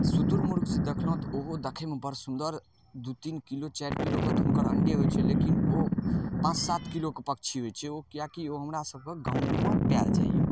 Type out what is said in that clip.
शुतुरमुर्ग जे देखलहुँ तऽ ओहो देखयमे बड़ सुन्दर दू तीन किलो चारि किलोके तऽ हुनके अण्डे होइ छै लेकिन ओ पाँच सात किलोके पक्षी होइ छै ओ किइक कि ओ हमरा सबके गाँवोमे पाओल जाइए